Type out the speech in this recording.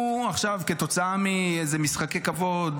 הוא עכשיו כתוצאה מאיזה משחקי כבוד